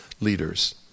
leaders